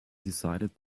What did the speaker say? decided